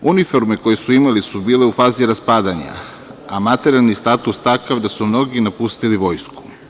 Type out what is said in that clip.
Uniforme koje su imali su bile u fazi raspadanja a materijalni status takav da su mnogi napustili Vojsku.